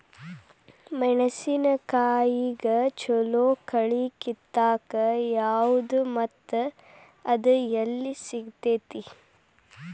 ಮೆಣಸಿನಕಾಯಿಗ ಛಲೋ ಕಳಿ ಕಿತ್ತಾಕ್ ಯಾವ್ದು ಮತ್ತ ಅದ ಎಲ್ಲಿ ಸಿಗ್ತೆತಿ?